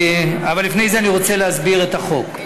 אבל לפני זה אני רוצה להסביר את החוק.